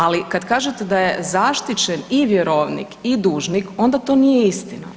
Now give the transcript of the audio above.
Ali, kad kažete da je zaštićen i vjerovnik i dužnik, onda to nije istina.